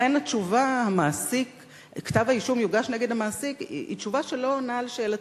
לכן התשובה שכתב-האישום יוגש נגד המעסיק היא תשובה שלא עונה על שאלתי,